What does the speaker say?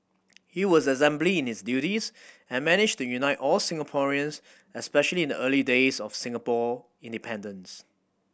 he was exemplary in his duties and managed to unite all Singaporeans especially in the early days of Singapore independence